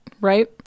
right